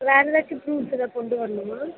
வேற எதாச்சும் ப்ரூஃப் ஏதாவது கொண்டு வரணுமா